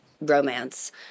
romance